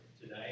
today